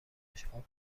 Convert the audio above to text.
ازشاب